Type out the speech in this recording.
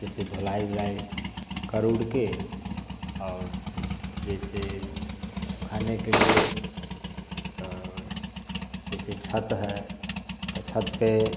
जैसे धुलाई वुलाई कर उड़ के और जैसे सुखाने के लिए तो जैसे छत है तो छत पे